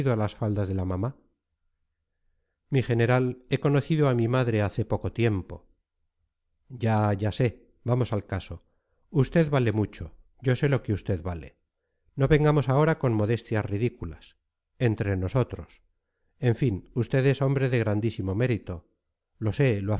a las faldas de la mamá mi general he conocido a mi madre hace poco tiempo ya ya sé vamos al caso usted vale mucho yo sé lo que usted vale no vengamos ahora con modestias ridículas entre nosotros en fin usted es hombre de grandísimo mérito lo sé